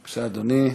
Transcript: בבקשה, אדוני.